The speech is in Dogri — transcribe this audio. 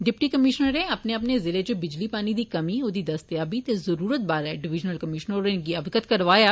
डिप्टी कमीश्नरें अपने अपने जिलें च बिजली पानी दी कमी ओदी दस्तेयावी ते जरूरत बारै डिविजनल कमीश्नर होरेंगी अवगत करोआया